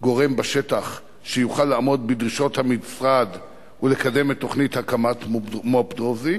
גורם בשטח שיוכל לעמוד בדרישות המשרד ולקדם את תוכנית הקמת מו"פ דרוזי.